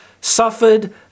Suffered